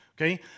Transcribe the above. Okay